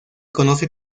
conoce